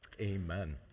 Amen